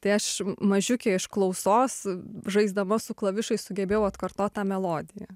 tai aš mažiukė iš klausos žaisdama su klavišais sugebėjau atkartot tą melodiją